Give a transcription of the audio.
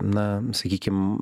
na sakykim